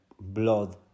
blood